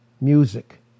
music